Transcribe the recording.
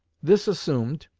this assumed,